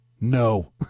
No